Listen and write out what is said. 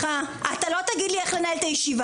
סליחה, אתה לא תגיד לי איך לנהל את הישיבה.